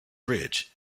bridge